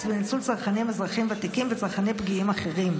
וניצול צרכנים אזרחים ותיקים וצרכנים פגיעים אחרים.